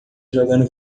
jogando